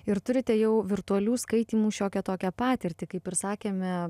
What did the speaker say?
ir turite jau virtualių skaitymų šiokią tokią patirtį kaip ir sakėme